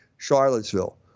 charlottesville